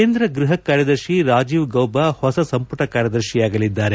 ಕೇಂದ್ರ ಗೃಹ ಕಾರ್್ಯದರ್ಶಿ ರಾಜೀವ್ ಗೌಬ ಹೊಸ ಸಂಪುಟ ಕಾರ್್ಯದರ್ಶಿಯಾಗಲಿದ್ದಾರೆ